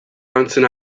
lantzen